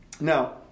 Now